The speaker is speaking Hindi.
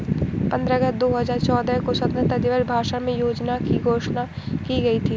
पन्द्रह अगस्त दो हजार चौदह को स्वतंत्रता दिवस भाषण में योजना की घोषणा की गयी थी